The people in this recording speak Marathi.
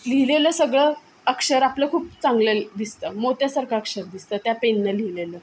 लिहिलेलं सगळं अक्षर आपलं खूप चांगलं ल दिसतं मोत्यासारखं अक्षर दिसतं त्या पेननं लिहिलेलं